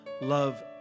Love